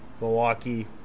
Milwaukee